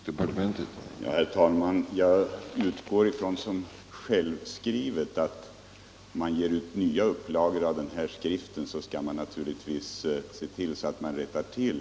Herr talman! Jag utgår från som självklart att när nya upplagor av skriften ges ut kommer den här felaktiga uppgiften att rättas till.